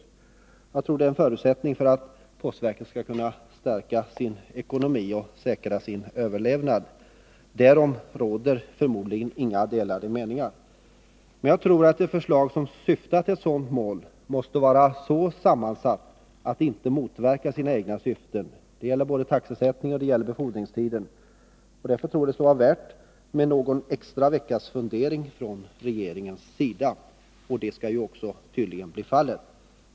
Jag tror att det är en förutsättning för att postverket skall kunna stärka sin ekonomi och säkra sin överlevnad. Därom råder förmodligen inga delade meningar. Men jagtror att det förslag som syftar till ett sådant mål måste vara så sammansatt att det inte motverkar sina egna syften. Det gäller både taxesättningen och befordringstiden. Därför tror jag att det kan vara värt någon extra veckas fundering från regeringens sida. Och så skall tydligen också bli fallet.